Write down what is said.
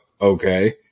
okay